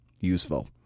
useful